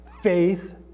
faith